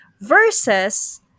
versus